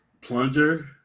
Plunger